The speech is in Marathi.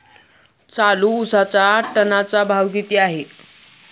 चालू उसाचा टनाचा भाव किती आहे?